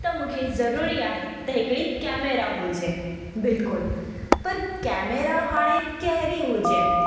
त मूंखे ज़रूरी आहे त हिकिड़ी केमेरा हुजे बिल्कुलु पर केमेरा हाणे कहिड़ी हुजे